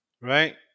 Right